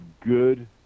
good